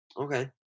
Okay